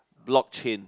block chain